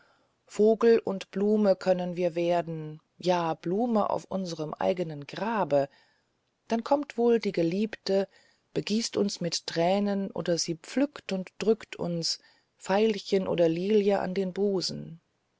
vogel und blume können wir werden ja blume auf unserem eigenen grabe dann kommt wohl die geliebte begießt uns mit tränen oder sie pflückt und drückt uns veilchen oder lilie an den busen